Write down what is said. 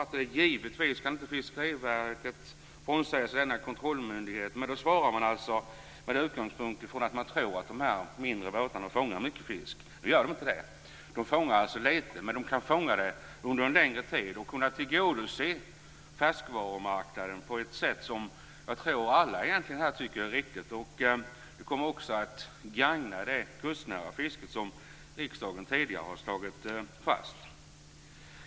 Man skriver att Fiskeriverket givetvis inte kan frånsäga sig sin kontrollmöjlighet. Svaret utgår från att de mindre båtarna fångar mycket fisk, men det gör de inte. De fångar litet fisk, men de fångar den under en längre tid och kan tillgodose färskvarumarknaden på ett sätt som jag tror att alla här tycker är positivt. Ett undantagande skulle gagna det kustnära fisket som riksdagen tidigare har uttalat sig för.